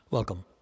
Welcome